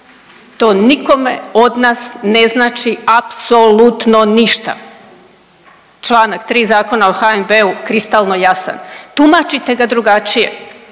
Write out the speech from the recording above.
to nikome od nas ne znači apsolutno ništa, čl. 3 Zakona o HNB-u kristalno jasan. Tumačite ga drugačije.